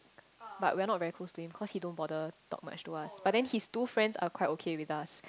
but we're not very close to him cause he don't bother talk much to us but then his two friends are quite okay with us